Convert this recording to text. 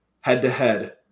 Head-to-head